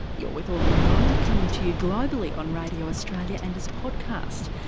you're with all in the mind coming to you globally on radio australia and as podcast.